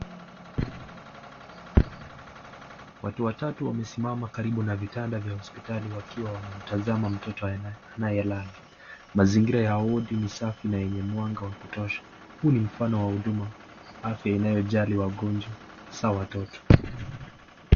Watu watatu wamesimama karibu ya vitanda vya hosipitali wakiwa wametazama mtoto anayelala. Mazingira ya wadi ni safi na yenye mwanga wa kutosha. Huu ni mfano wa huduma afya inayojali wagonjwa, hasa watoto.